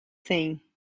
thing